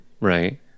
right